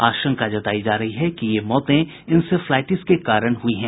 आशंका जतायी जा रही है कि ये मौतें इंसेफ्लाईटिस के कारण हुई हैं